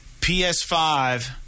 PS5